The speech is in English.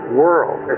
world